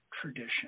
tradition